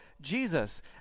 Jesus